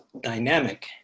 dynamic